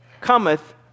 cometh